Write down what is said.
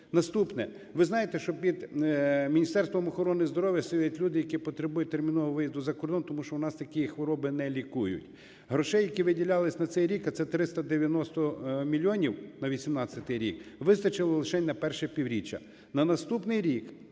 Наступне. Ви знаєте, що під Міністерством охорони здоров'я сидять люди, які потребують термінового виїзду за кордон, тому що у нас такі хвороби не лікують. Грошей, які виділялися на цей рік, а це 390 мільйонів на 18-й рік, вистачило лише на перше півріччя.